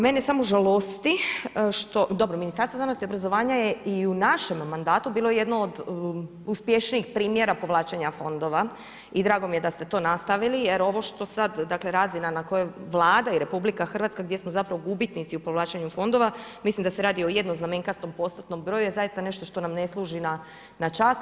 Mene samo žalosti što, dobro Ministarstvo znanosti i obrazovanja je i u našem mandatu bilo jedno od uspješnijih primjera povlačenja fondova i drago mi je da ste to nastavili jer ovo što sad, dakle razina na kojoj Vlada i RH gdje smo zapravo gubitnici u povlačenju fondova, mislim da se radi o jednoznamenkastom postotnom broju je zaista nešto što nam ne služi na čast.